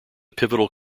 pivotal